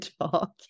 talk